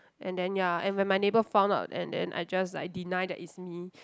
and then ya and when my neighbour found out and then I just like deny that it's me